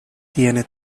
tiene